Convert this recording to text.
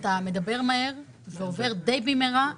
אתה מדבר מהר ועובר די במהרה,